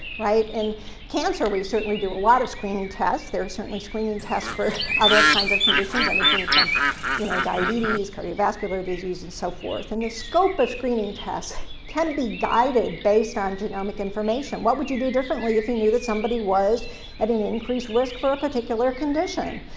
right? in cancer, we certainly do a lot of screening tests. there are certainly screening tests for other kinds of conditions, anything from you know diabetes, cardiovascular disease, and so forth. and the scope of screening tests can be guided based on genomic information. what would you do differently if you knew that somebody was at an increased risk for a particular condition?